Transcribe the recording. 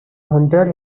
hundred